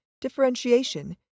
differentiation